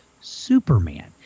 Superman